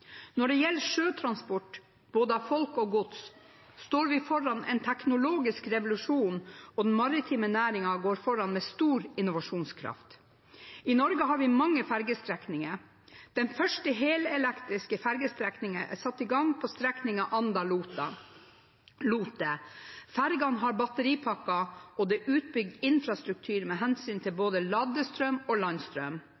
Når det gjelder sjøtransport, både av folk og av gods, står vi foran en teknologisk revolusjon, og den maritime næringen går foran med stor innovasjonskraft. I Norge har vi mange fergestrekninger. Den første helelektriske fergestrekningen er i gang på strekningen Anda–Lote. Fergene har batteripakker, og det er utbygd infrastruktur med hensyn til